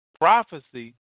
Prophecy